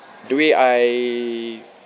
the way I